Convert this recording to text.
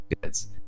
goods